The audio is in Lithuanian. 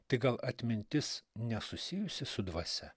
tai gal atmintis nesusijusi su dvasia